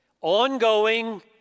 ongoing